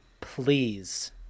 please